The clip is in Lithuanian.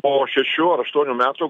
po šešių ar aštuonių metų